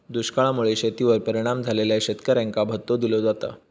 दुष्काळा मुळे शेतीवर परिणाम झालेल्या शेतकऱ्यांका भत्तो दिलो जाता